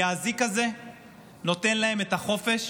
האזיק הזה נותן להן את החופש